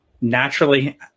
naturally